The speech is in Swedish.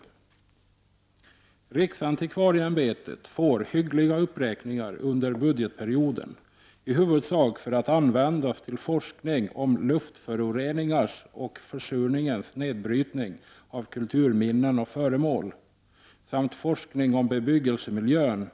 Riksantikvarieämbetet får hyggliga uppräkningar under budgetperioden, i huvudsak för att användas till forskning om luftföroreningarnas och försurningens nedbrytning av kulturminnen och föremål samt till forskning om bebyggelsemiljön.